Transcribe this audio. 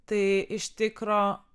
tai iš tikro